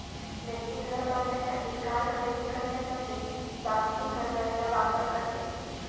व्यक्ती घर बांधण्यासाठी, कार खरेदी करण्यासाठी सावधि कर्जचा वापर करते